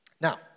Now